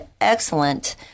excellent